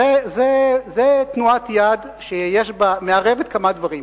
זו תנועת יד שמערבת כמה דברים: